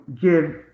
give